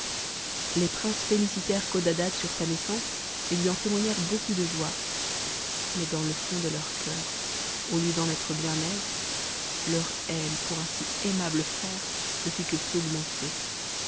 les princes félicitèrent codadad sur sa naissance et lui en témoignèrent beaucoup de joie mais dans le fond de leur coeur au lieu d'en être bien aises leur haine pour un si aimable frère ne fit que s'augmenter